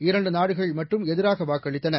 இரண்டு நாடுகள் மட்டும் எதிராக வாக்களித்தன